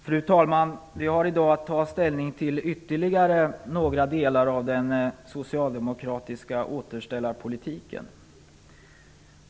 Fru talman! Vi har i dag att ta ställning till ytterligare några delar av den socialdemokratiska återställarpolitiken.